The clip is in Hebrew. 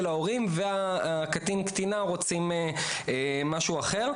ההורים והקטנים או הקטינה רוצים משהו אחר.